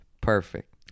Perfect